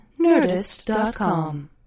Nerdist.com